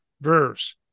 verse